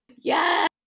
Yes